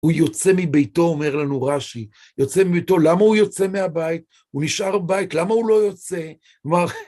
הוא יוצא מביתו, אומר לנו רש״י, יוצא מביתו, למה הוא יוצא מהבית? הוא נשאר בבית, למה הוא לא יוצא?